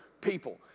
people